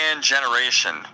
generation